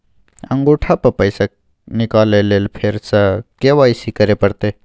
अंगूठा स पैसा निकाले लेल फेर स के.वाई.सी करै परतै?